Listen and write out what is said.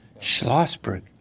Schlossberg